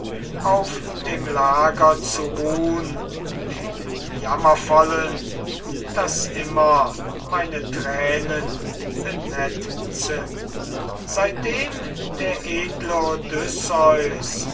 auf dem lager zu ruhn dem jammervollen das immer meine tränen benetzen seitdem der edle